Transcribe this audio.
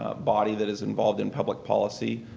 ah body that is involved in public policy,